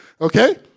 Okay